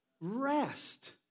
Rest